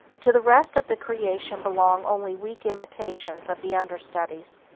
to the rest of the creation belong only weak imitations of the understudies.